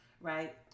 right